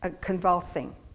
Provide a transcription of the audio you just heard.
convulsing